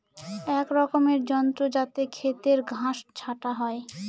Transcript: এক রকমের যন্ত্র যাতে খেতের ঘাস ছাটা হয়